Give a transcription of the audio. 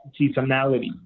seasonality